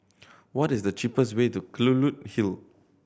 what is the cheapest way to Kelulut Hill